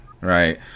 right